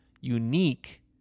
unique